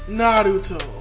naruto